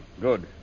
Good